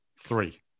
Three